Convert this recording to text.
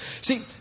see